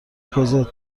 کوزتچون